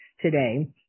Today